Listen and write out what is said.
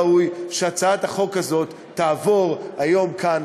ראוי שהצעת החוק הזאת תעבור היום כאן,